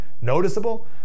noticeable